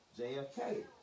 JFK